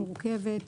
מורכבת,